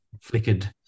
flickered